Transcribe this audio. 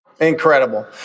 Incredible